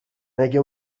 مگه